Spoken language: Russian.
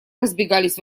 разбегались